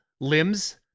limbs